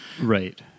Right